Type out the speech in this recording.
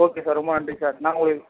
okay sir ரொம்ப நன்றி sir நாங்கள் ஒரு